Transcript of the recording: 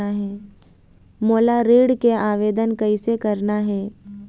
मोला ऋण के आवेदन कैसे करना हे?